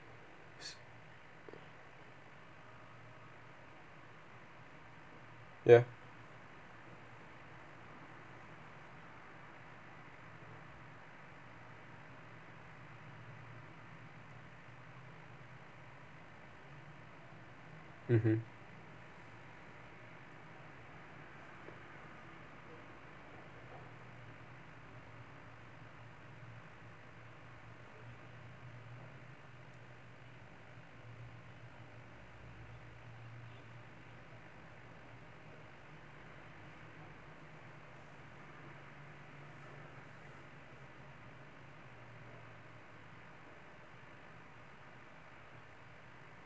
s~ ya mmhmm